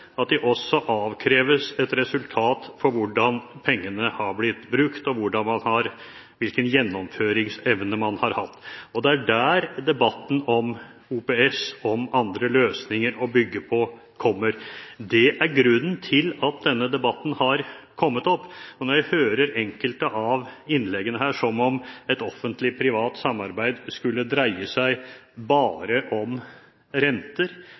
Det betyr også at de avkreves et resultat med hensyn til hvordan pengene har blitt brukt, og hvilken gjennomføringsevne man har hatt. Det er der debatten om OPS – om andre løsninger å bygge på – kommer fra. Det er grunnen til at denne debatten har kommet opp. Jeg hører at man i enkelte innlegg omtaler offentlig–privat samarbeid som om det bare skulle dreie seg om renter,